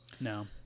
No